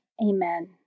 Amen